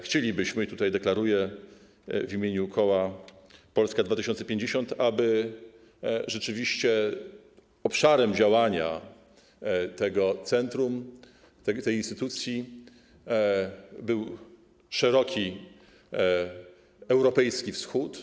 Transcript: Chcielibyśmy - deklaruję to w imieniu koła Polska 2050 - aby rzeczywiście obszarem działania tego centrum, tej instytucji był szeroko rozumiany europejski Wschód.